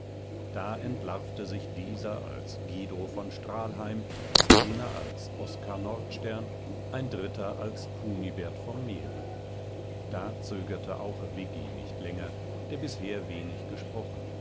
da entlarvte sich dieser als guido von strahlheim jener als oskar nordstern ein dritter als kunibert vom meere da zögerte auch viggi nicht länger der bisher wenig gesprochen